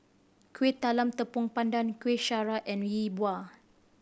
Kuih Talam Tepong Pandan Kueh Syara and Yi Bua